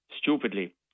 stupidly